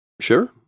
Sure